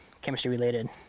chemistry-related